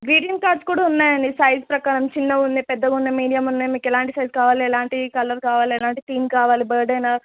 greeting cards కూడా ఉన్నాయండి size ప్రకారం చిన్నగున్నాయి పెద్దగున్నాయి మీడియం ఉన్నాయి మీకు ఎలాంటి సైజ్ కావాలి ఎలాంటి కలర్ కావాలి ఎలాంటి థీమ్ కావాలి బర్డేనా